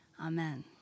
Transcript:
amen